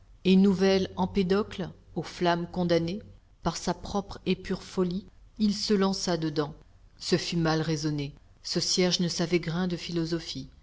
et nouvel empédocle aux flammes condamné par sa propre et pure folie il se lança dedans ce fut mal raisonné ce cierge ne savait grain de philosophie